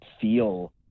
feel